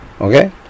okay